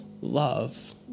love